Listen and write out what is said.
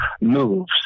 moves